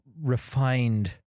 refined